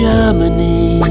Germany